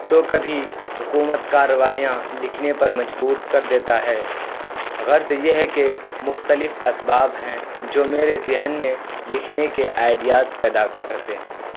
تو کبھی حکومت کارروئیاں لکھنے پر مجبور کر دیتا ہے غرض یہ ہے کہ مختلف اسباب ہیں جو میرے ذہن میں لکھنے کے آئیڈیاز پیدا کرتے ہیں